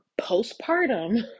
postpartum